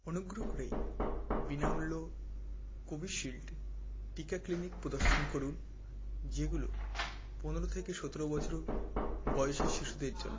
অনুগ্রহ করে বিনামূল্য কোভিশিল্ড টিকা ক্লিনিক প্রদর্শন করুন যেগুলো পনেরো থেকে সতেরো বছরও বয়েসের শিশুদের জন্য